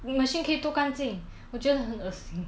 你 machine 可以多干净我觉得很恶心